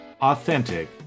authentic